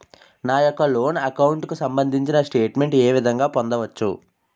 నా యెక్క loan account కు సంబందించిన స్టేట్ మెంట్ ఏ విధంగా పొందవచ్చు?